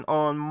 on